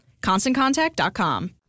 ConstantContact.com